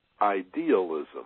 idealism